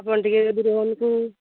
ଆପଣ ଟିକେ ଯଦି ରୋହନକୁ